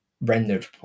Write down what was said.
rendered